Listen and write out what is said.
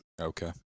Okay